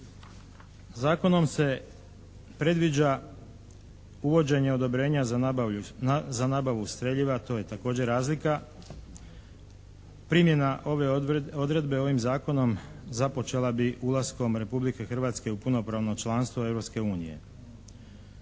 Zakonom se predviđa uvođenje odobrenja za nabavu streljiva, to je također razlika. Primjena ove odredbe ovim Zakonom započela bi ulaskom Republike Hrvatske u punopravno članstvo